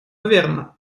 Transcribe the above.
верно